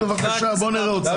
בבקשה, בוא נראה אותם.